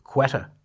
Quetta